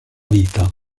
vita